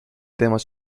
temas